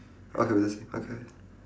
okay we'll s~ okay